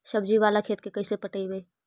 सब्जी बाला खेत के कैसे पटइबै?